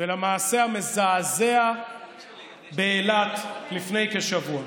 ולמעשה המזעזע באילת לפני כשבוע,